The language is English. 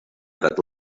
that